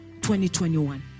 2021